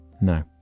No